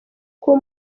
kuba